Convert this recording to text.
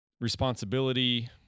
responsibility